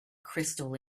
crystal